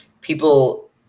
people